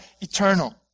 eternal